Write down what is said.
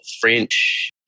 French